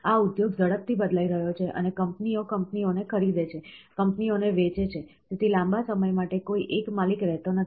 આ ઉદ્યોગ ઝડપથી બદલાઈ રહ્યો છે અને કંપનીઓ કંપનીઓને ખરીદે છે કંપનીઓને વેચે છે તેથી લાંબા સમય માટે કોઈ એક માલિક રહેતો નથી